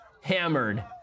Hammered